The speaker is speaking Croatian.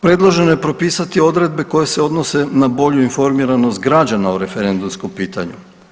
Predloženo je propisati odredbe koje se odnose na bolju informiranost građana o referendumskom pitanju.